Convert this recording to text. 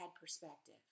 perspective